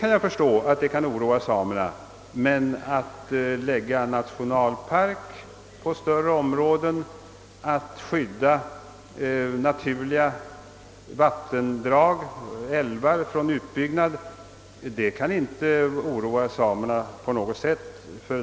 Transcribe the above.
Däremot bör inte det förhållandet att man utreder en ny nationalpark och att man skyddar vattendrag från utbyggnad oroa dem på något sätt.